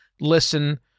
listen